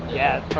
yeah,